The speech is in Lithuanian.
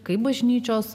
kaip bažnyčios